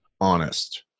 honest